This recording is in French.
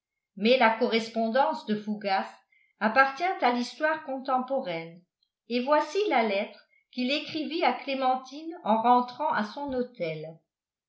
mais la correspondance de fougas appartient à l'histoire contemporaine et voici la lettre qu'il écrivit à clémentine en rentrant à son hôtel